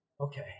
okay